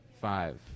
five